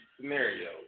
scenario